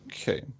Okay